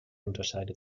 unterscheidet